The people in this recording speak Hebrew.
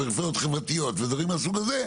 פריפריות חברתיות ודברים מהסוג הזה,